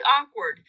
awkward